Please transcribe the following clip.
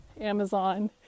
Amazon